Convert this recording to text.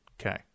Okay